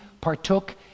partook